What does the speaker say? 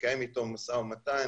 מקיים אתו משא ומתן.